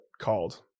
called